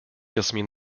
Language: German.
yasmin